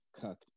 cut